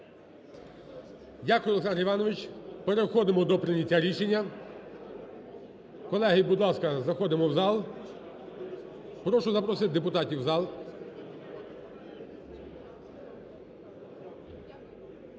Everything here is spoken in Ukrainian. Дякую, Олександр Іванович. Переходимо до прийняття рішення. Колеги, будь ласка, заходимо в зал, прошу запросити депутатів в зал. І